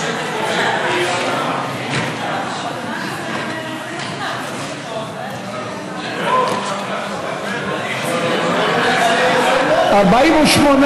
להעביר לוועדה את הצעת חוק להנצחת זכרו של רחבעם זאבי (תיקון,